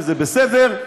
וזה בסדר,